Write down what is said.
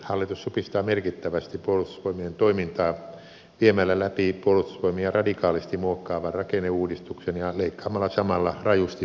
hallitus supistaa merkittävästi puolustusvoimien toimintaa viemällä läpi puolustusvoimia radikaalisti muokkaavan rakenneuudistuksen ja leikkaamalla samalla rajusti puolustusbudjettia